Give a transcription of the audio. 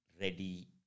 ready